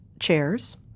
chairs